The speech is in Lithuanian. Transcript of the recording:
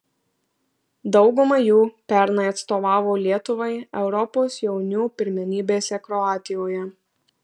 dauguma jų pernai atstovavo lietuvai europos jaunių pirmenybėse kroatijoje